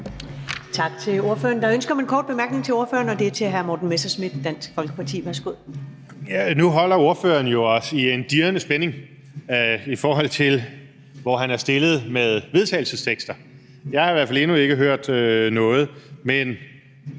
Tak til ordføreren. Der er ønske om en kort bemærkning, og det er fra hr. Morten Messerschmidt, Dansk Folkeparti. Værsgo. Kl. 19:16 Morten Messerschmidt (DF): Nu holder ordføreren os jo os i dirrende spænding, i forhold til hvor han er stillet med hensyn til vedtagelsestekster. Jeg har i hvert fald endnu ikke hørt noget, men